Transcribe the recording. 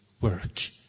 work